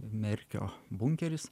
merkio bunkeris